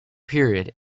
period